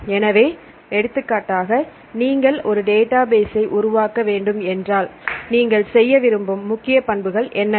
எனவே எடுத்துக்காட்டாக நீங்கள் ஒரு டேட்டாபேஸ்ஸை உருவாக்க வேண்டும் என்றால் நீங்கள் செய்ய விரும்பும் முக்கிய பண்புகள் என்னென்ன